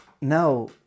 now